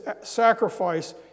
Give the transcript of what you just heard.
sacrifice